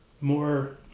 more